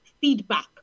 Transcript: feedback